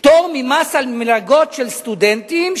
פטור ממס על מלגות של סטודנטים,